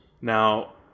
Now